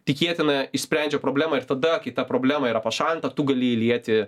tikėtina išsprendžia problemą ir tada kita problema yra pašalinta tu gali įlieti